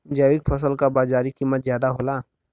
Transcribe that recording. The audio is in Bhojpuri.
जैविक फसल क बाजारी कीमत ज्यादा होला